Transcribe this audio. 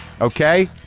okay